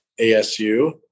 ASU